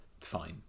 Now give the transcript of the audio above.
fine